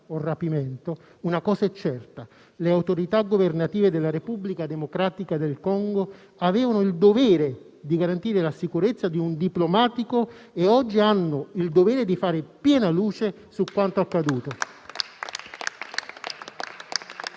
o rapimento, una cosa è certa: le autorità governative della Repubblica democratica del Congo avevano il dovere di garantire la sicurezza di un diplomatico e oggi hanno il dovere di fare piena luce su quanto è accaduto.